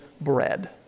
bread